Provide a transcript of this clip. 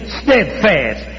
steadfast